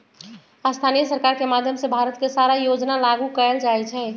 स्थानीय सरकार के माधयम से भारत के सारा योजना लागू कएल जाई छई